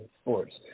sports